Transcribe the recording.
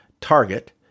Target